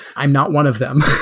i'm not one of them.